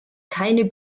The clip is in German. keine